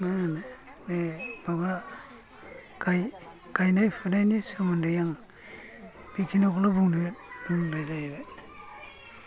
मा होनो बे माबा गायनाय फुनायनि सोमोन्दै आङो बेखिनिखौल' बुंनाय जाहैबाय